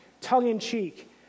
tongue-in-cheek